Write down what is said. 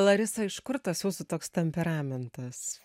larisa iš kur tas jūsų toks temperamentas